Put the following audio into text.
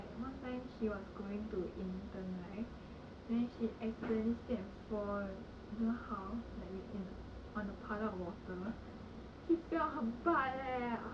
ya my friend got kena before leh like one time she was going to intern right then she accidentally step for don't know how like in a puddle of water